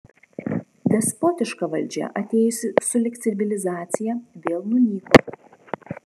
despotiška valdžia atėjusi sulig civilizacija vėl nunyko